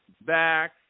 back